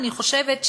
אני חושבת,